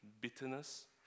bitterness